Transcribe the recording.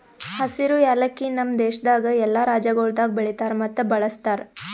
ಹಸಿರು ಯಾಲಕ್ಕಿ ನಮ್ ದೇಶದಾಗ್ ಎಲ್ಲಾ ರಾಜ್ಯಗೊಳ್ದಾಗ್ ಬೆಳಿತಾರ್ ಮತ್ತ ಬಳ್ಸತಾರ್